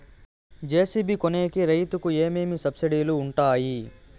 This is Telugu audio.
జె.సి.బి కొనేకి రైతుకు ఏమేమి సబ్సిడి లు వుంటాయి?